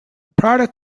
product